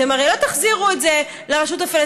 אתם הרי לא תחזירו את זה לרשות הפלסטינית,